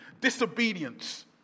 Disobedience